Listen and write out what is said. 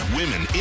women